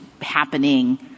happening